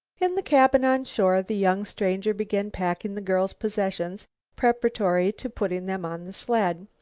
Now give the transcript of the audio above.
in the cabin on shore, the young stranger began packing the girl's possessions preparatory to putting them on the sled.